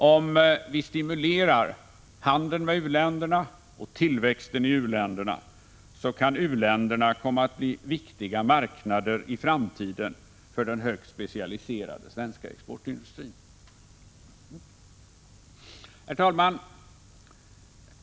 Om vi stimulerar handeln med u-länderna och tillväxten i u-länderna kan u-länderna komma att bli viktiga marknader i framtiden för den högt specialiserade svenska exportindustrin. Herr talman!